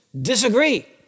disagree